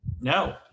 No